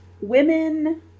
women